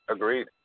Agreed